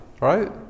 right